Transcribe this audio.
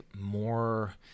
more